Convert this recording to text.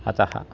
अतः